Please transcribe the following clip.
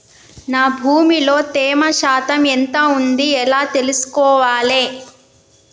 నా భూమి లో తేమ శాతం ఎంత ఉంది ఎలా తెలుసుకోవాలే?